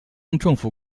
政府